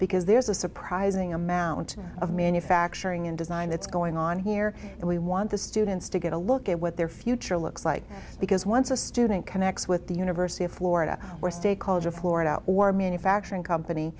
because there's a surprising amount of manufacturing and design that's going on here and we want the students to get a look at what their future looks like because once a student connects with the university of florida we're they call it a florida or manufacturing company